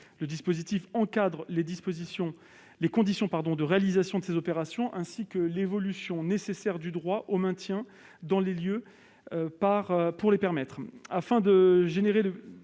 Le dispositif encadre les conditions de réalisation de ces opérations, ainsi que l'évolution nécessaire du droit au maintien dans les lieux pour les permettre.